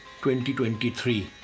2023